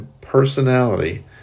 personality